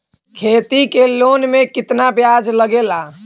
खेती के लोन में कितना ब्याज लगेला?